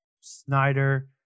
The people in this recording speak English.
Snyder